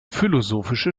philosophische